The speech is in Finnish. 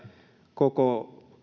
koko